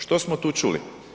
Što smo tu čuli?